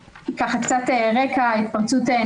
זה אומר באופן חד משמעי הריסה של